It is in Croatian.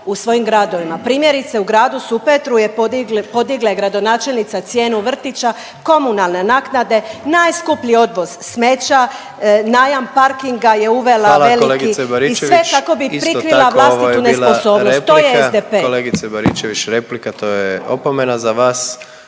u svojim gradovima. Primjerice u gradu Supetru je podigla gradonačelnica cijenu vrtića, komunalne naknade, najskuplji odvoz smeća, najam parkinga je uvela veliki … …/Upadica predsjednik: Hvala kolegice